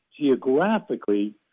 geographically